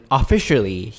officially